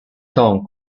tong